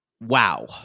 wow